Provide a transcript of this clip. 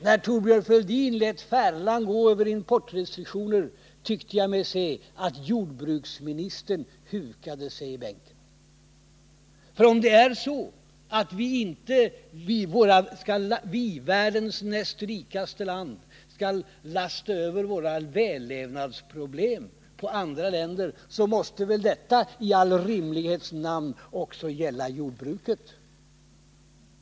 När Thorbjörn Fälldin lät färlan gå över importrestriktioner tyckte jag mig se att jordbruksministern hukade sig i bänken. För om det är så, att vi, världens näst rikaste land, inte skall lasta över våra vällevnadsproblem på andra länder, måste väl detta i all rimlighets namn också gälla jordbruket.